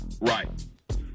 Right